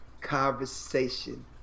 conversation